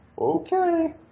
Okay